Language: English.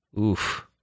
Oof